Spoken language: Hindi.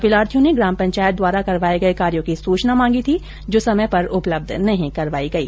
अपीलार्थी ने ग्राम पंचायत द्वारा करवाए गए कार्यों की सूचना मांगी थी जो समय पर उपलब्ध नहीं करवाई गई